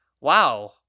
Wow